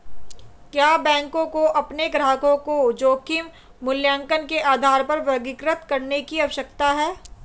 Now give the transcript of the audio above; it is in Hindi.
क्या बैंकों को अपने ग्राहकों को जोखिम मूल्यांकन के आधार पर वर्गीकृत करने की आवश्यकता है?